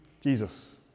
Jesus